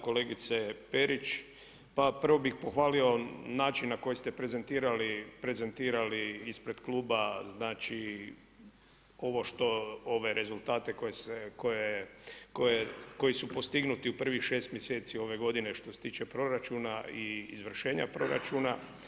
Kolegice Perić, prvo bi pohvalio način na koji ste prezentirali ispred kluba znači ovo što, ove rezultate koji su postignuti u privih 6 mjeseci ove godine, što se tiče proračuna i izvršenje proračuna.